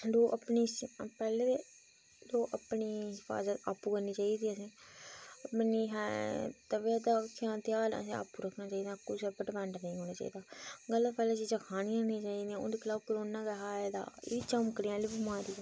दो अपनी पैह्ले ते दो अपनी हिफाजत आपूं करनी चाहिदी असें गी अपनी है तबीयत दा ध्यान असें आपूं रक्खना चाहिदा कुसै उप्पर डिपेंड नेईं होना चाहिदा गल्ल पैह्लें चीजां खानियां नी चाहिदियां ओह्दे खलाफ कोरोना गै हा आए दा एह् चमकने आह्ली बमारी ऐ